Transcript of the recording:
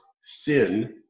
sin